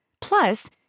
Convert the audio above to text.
Plus